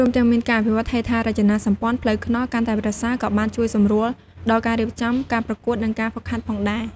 រួមទាំងមានការអភិវឌ្ឍហេដ្ឋារចនាសម្ព័ន្ធផ្លូវថ្នល់កាន់តែប្រសើរ ក៏បានជួយសម្រួលដល់ការរៀបចំការប្រកួត និងការហ្វឹកហាត់ផងដែរ។